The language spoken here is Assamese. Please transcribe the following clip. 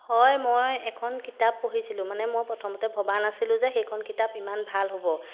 হয় মই এখন কিতাপ পঢ়িছিলোঁ মানে মই প্ৰথমতে ভবা নাছিলোঁ যে সেইখন কিতাপ ইমান ভাল হ'ব